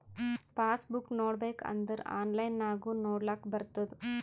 pass book ನೋಡ್ಬೇಕ್ ಅಂದುರ್ online ನಾಗು ನೊಡ್ಲಾಕ್ ಬರ್ತುದ್